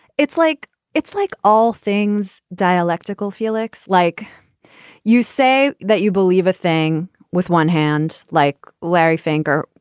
it's like it's like all things dialectical, felix, like you say that you believe a thing with one hand, like larry finger,